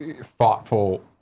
thoughtful